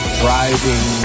driving